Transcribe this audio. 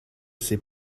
ses